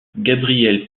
gabrielle